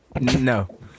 No